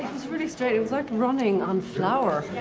was really strange, it was like running on flour.